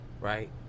right